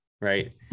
right